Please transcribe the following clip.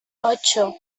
ocho